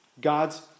God's